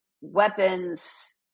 weapons